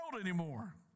anymore